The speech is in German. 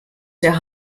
der